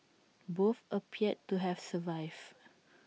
both appeared to have survived